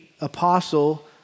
apostle